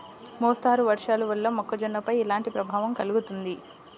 మోస్తరు వర్షాలు వల్ల మొక్కజొన్నపై ఎలాంటి ప్రభావం కలుగుతుంది?